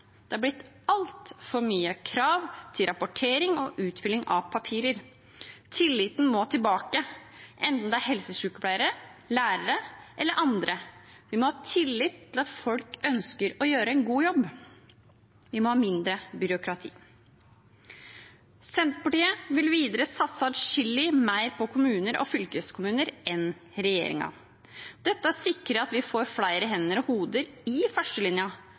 Det er blitt altfor mange krav til rapportering og utfylling av papirer. Tilliten må tilbake, enten det er til helsesykepleiere, lærere eller andre. Vi må ha tillit til at folk ønsker å gjøre en god jobb. Vi må ha mindre byråkrati. Senterpartiet vil videre satse atskillig mer på kommuner og fylkeskommuner enn regjeringen. Dette sikrer at vi får flere hender og hoder i